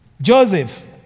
Joseph